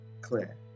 clear